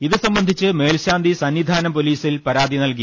ഇത് സംബന്ധിച്ച് മേൽശാന്തി സന്നിധാനം പൊലീസിൽ പരാതി നൽകി